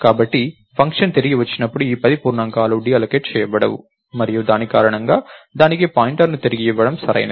కాబట్టి ఫంక్షన్ తిరిగి వచ్చినప్పుడు ఈ 10 పూర్ణాంకాలు డీఅల్లోకేట్ చేయబడవు మరియు దాని కారణంగా దానికి పాయింటర్ను తిరిగి ఇవ్వడం సరైనది